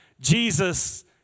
Jesus